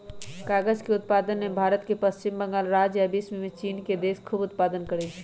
कागज़ उत्पादन में भारत के पश्चिम बंगाल राज्य आ विश्वमें चिन देश खूब उत्पादन करै छै